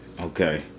Okay